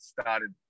started